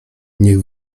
niech